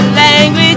language